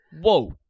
whoa